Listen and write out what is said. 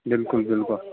بِلکُل بِلکُل